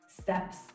steps